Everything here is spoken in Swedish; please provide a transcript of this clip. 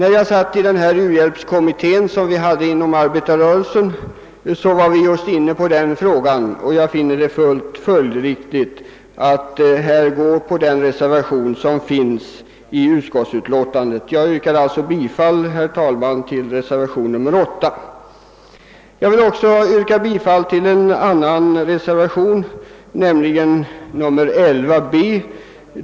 I arbetarrörelsens u-hjälpskommitté, där jag var med, var vi just inne på denna fråga, och jag finner det fullt följdriktigt att här biträda den reservation som är fogad vid utskottsutlåtandet. Jag yrkar alltså, herr talman, bifall till reservationen 8. Jag vill också yrka bifall till en annan reservation, nämligen 11 b.